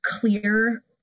clear